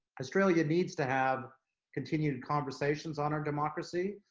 australia needs to have continued conversations on our democracy,